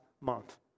month